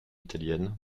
italiennes